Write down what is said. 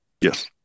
Yes